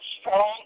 strong